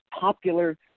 popular